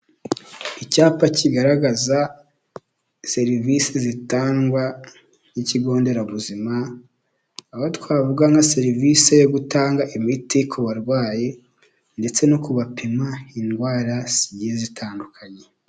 Icyapa kigaragaza serivisi zitangwa n'ikigo nderabuzima, aho twavuga nka serivisi yo gutanga imiti ku barwayi, ndetse no kubapima indwara zigiye zitandukanye.